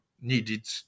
needed